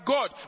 God